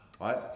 right